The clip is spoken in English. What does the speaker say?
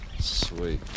Sweet